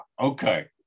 okay